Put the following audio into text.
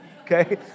Okay